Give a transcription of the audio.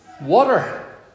Water